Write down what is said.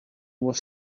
was